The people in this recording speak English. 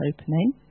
opening